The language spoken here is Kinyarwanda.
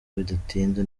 bidatinze